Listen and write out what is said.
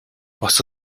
бас